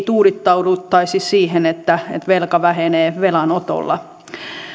tuudittauduttaisi siihen että velka vähenee velanotolla